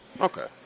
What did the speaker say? Okay